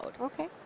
Okay